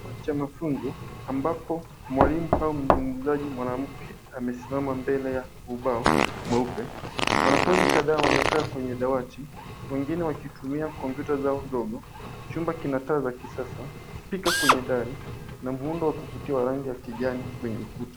Chumba cha mafunzo ambapo mwalimu au mzungumzaji mwanamke amesimama mbele ya ubao mweupe. Wanafunzi kadhaa wamekaa kwenye dawati wengine wakitumia kompyuta zao ndogo. Chumba kina taa za kisasa, spika kwenye dari na muundo wa kuvutia wa rangi ya kijani kwenye ukuta.